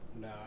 No